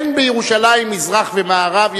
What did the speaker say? אין בירושלים מזרח ומערב,